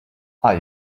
are